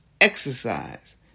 Exercise